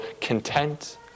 content